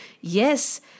Yes